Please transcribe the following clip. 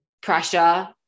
pressure